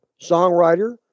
songwriter